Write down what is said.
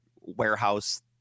warehouse